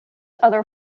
other